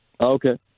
Okay